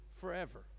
forever